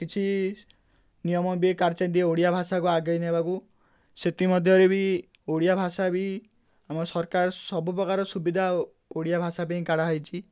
କିଛି ନିୟମ ବି କାଢ଼ିଛନ୍ତି ଓଡ଼ିଆ ଭାଷାକୁ ଆଗେଇ ନେବାକୁ ସେଥିମଧ୍ୟରେ ବି ଓଡ଼ିଆ ଭାଷା ବି ଆମ ସରକାର ସବୁ ପ୍ରକାର ସୁବିଧା ଓଡ଼ିଆ ଭାଷା ପାଇଁ କାଢ଼ା ହେଇଛି